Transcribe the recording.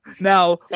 now